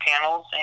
panels